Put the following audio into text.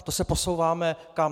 To se posouváme kam?